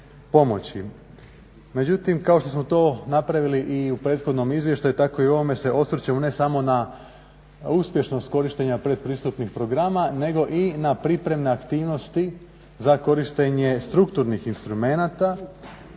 Međutim kao što smo to napravili i u prethodnom izvješću tako i u ovome se osvrćemo ne samo na uspješnost korištenja pretpristupnih programa nego i pripravne aktivnosti za korištenje strukturnih instrumenata